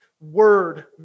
word